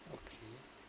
okay